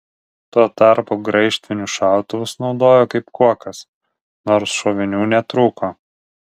tuo tarpu graižtvinius šautuvus naudojo kaip kuokas nors šovinių netrūko